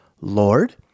Lord